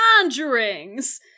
conjurings